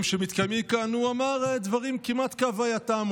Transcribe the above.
שמתקיימים כאן הוא אמר דברים כמעט כהווייתם.